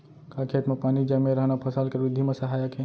का खेत म पानी जमे रहना फसल के वृद्धि म सहायक हे?